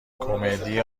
کمدی